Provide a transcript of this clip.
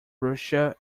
russia